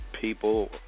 people